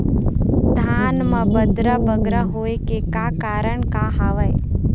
धान म बदरा बगरा होय के का कारण का हवए?